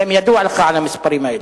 והאם ידוע לך על המספרים האלה?